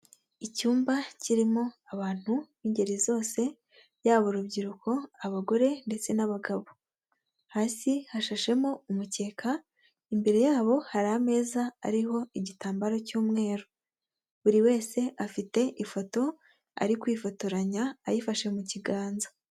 Icyumba kirimo abantu b'ingeri zose, yaba urubyiruko, abagore ndetse n'abagabo, hasi hashashemo umukeka, imbere yabo hari ameza ariho igitambaro cy'umweru, buri wese afite ifoto ari kwifotoranya ayifashe mu kiganza.